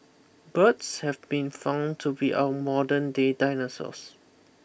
birds have been found to be our modern day dinosaurs